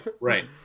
right